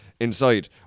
inside